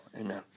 Amen